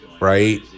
Right